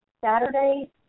Saturday